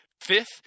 fifth